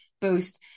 boost